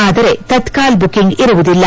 ಆದರೆ ತತ್ನಾಲ್ ಬುಕ್ನಿಂಗ್ ಇರುವುದಿಲ್ಲ